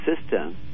system